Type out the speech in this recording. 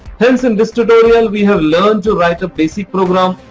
hence in this tutorial we have learnt to write a basic program,